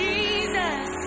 Jesus